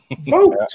vote